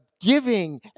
giving